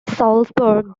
salzburg